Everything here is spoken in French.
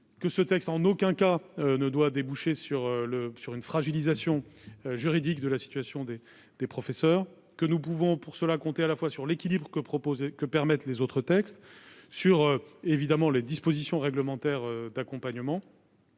que ce texte en aucun cas ne doit déboucher sur le sur une fragilisation juridique de la situation des des professeurs que nous pouvons pour cela compter à la fois sur l'équilibre que proposer que permettent les autres textes sur évidemment les dispositions réglementaires d'accompagnement.